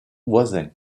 voisins